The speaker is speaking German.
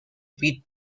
beat